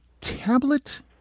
tablet